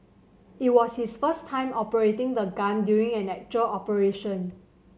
it was his first time operating the gun during an actual operation